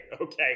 okay